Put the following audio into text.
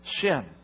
sin